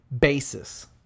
basis